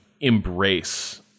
embrace